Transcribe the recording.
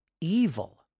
evil